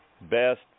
best